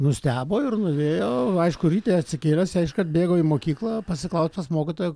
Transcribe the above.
nustebo ir nuvėjo aišku ryte atsikėlęs iš kart atbėgo į mokyklą pasiklaust pas mokytoją